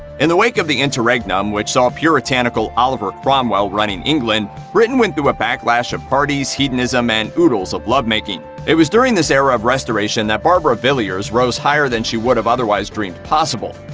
in the wake of the interregnum, which saw puritanical oliver cromwell running england, britain went through a backlash of parties, hedonism, and oodles of lovemaking. it was during this era of restoration that barbara villiers rose higher than she would've ever otherwise dreamed possible.